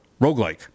Roguelike